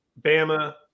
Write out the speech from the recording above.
Bama